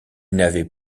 n’avait